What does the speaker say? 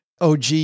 OG